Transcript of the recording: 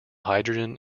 hydrogen